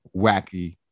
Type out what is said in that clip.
wacky